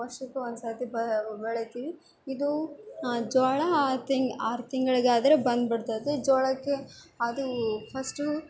ವರ್ಷಕ್ಕೆ ಒಂದುಸತಿ ಬ ಅವು ಬೆಳಿತೀವಿ ಇದು ಜೋಳ ಆರುತಿಂಗ್ಳು ಆರು ತಿಂಗಳಿಗಾದ್ರೆ ಬಂದುಬಿಡ್ತತೆ ಜೋಳಕ್ಕೆ ಅದು ಫಸ್ಟು